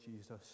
Jesus